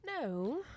No